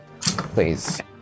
please